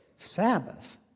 Sabbath